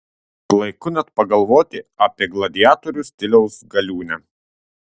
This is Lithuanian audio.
klaiku net pagalvoti apie gladiatorių stiliaus galiūnę